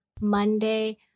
Monday